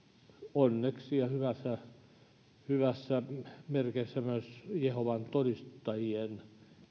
onneksi ja hyvissä merkeissä myös jehovan todistajien